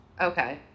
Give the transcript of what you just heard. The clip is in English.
Okay